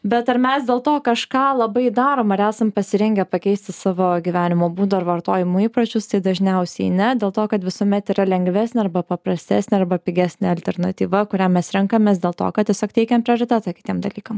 bet ar mes dėl to kažką labai darom ar esam pasirengę pakeisti savo gyvenimo būdo ar vartojimo įpročius tai dažniausiai ne dėl to kad visuomet yra lengvesnė arba paprastesnė arba pigesnė alternatyva kurią mes renkamės dėl to kad tiesiog teikiam prioritetą kitiem dalykam